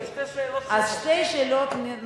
זה שתי שאלות שונות.